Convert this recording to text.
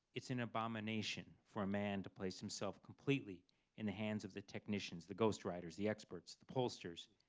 it's an abomination for a man to place himself completely in the hands of the technicians, the ghostwriters, the experts, the pollsters,